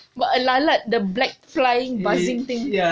but a lalat the black flying buzzing thing